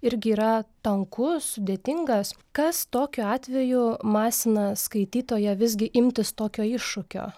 irgi yra tankus sudėtingas kas tokiu atveju masina skaitytoją visgi imtis tokio iššūkio